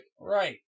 Right